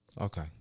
Okay